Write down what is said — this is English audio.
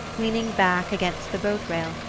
leaning back against the boat-rail,